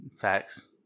Facts